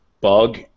bug